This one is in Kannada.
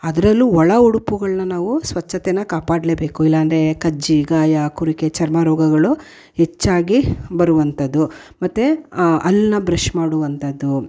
ಅದ್ರಲ್ಲೂ ಒಳ ಉಡುಪುಗಳನ್ನು ನಾವು ಸ್ವಚ್ಛತೇನ ಕಾಪಾಡಲೇಬೇಕು ಇಲ್ಲಾಂದ್ರೇ ಕಜ್ಜಿ ಗಾಯ ತುರಿಕೆ ಚರ್ಮ ರೋಗಗಳು ಹೆಚ್ಚಾಗಿ ಬರುವಂಥದು ಮತ್ತು ಹಲ್ಲನ್ನ ಬ್ರಶ್ ಮಾಡುವಂಥದು